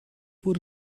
wurde